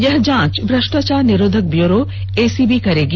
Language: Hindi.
यह जांच भ्रष्टाचार निरोधक ब्यूरो एसीबी करेगी